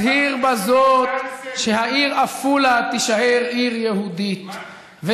מצהיר בזאת שהעיר עפולה תישאר עיר יהודית,